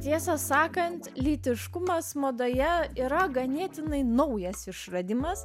tiesą sakant lytiškumas madoje yra ganėtinai naujas išradimas